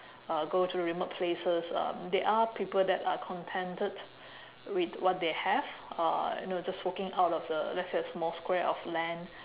uh go to remote places um there are people that are contented with what they have uh you know just working out of the let's say a small square of land